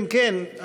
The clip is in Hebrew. אם כן,